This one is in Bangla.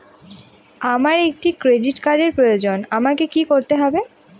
আমার একটি ক্রেডিট কার্ডের প্রয়োজন আমাকে কি করতে হবে?